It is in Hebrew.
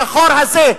השחור הזה,